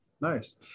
Nice